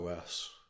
os